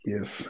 Yes